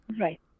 Right